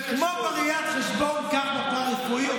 וכמו בראיית חשבון כך בפארה-רפואי.